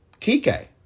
Kike